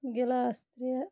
glass ترٛےٚ